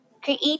Create